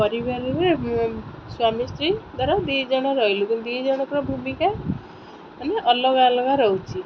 ପରିବାରରେ ସ୍ୱାମୀ ସ୍ତ୍ରୀ ଦ୍ୱାରା ଦୁଇ ଜଣ ରହିଲୁ କିନ୍ତୁ ଦୁଇ ଜଣଙ୍କର ଭୂମିକା ମାନେ ଅଲଗା ଅଲଗା ରହୁଛି